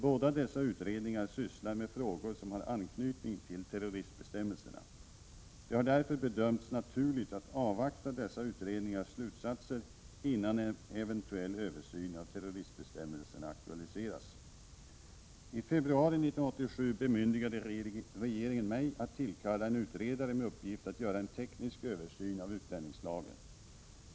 Båda dessa utredningar sysslar med frågor som har anknytning till terroristbestämmelserna. Det har därför bedömts naturligt att avvakta dessa utredningars slutsatser, innan en eventuell översyn av terroristbestämmelserna aktualiseras. I februari 1987 bemyndigade regeringen mig att tillkalla en utredare med uppgift att göra en teknisk översyn av utlänningslagen.